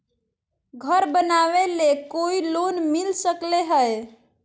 घर बनावे ले कोई लोनमिल सकले है?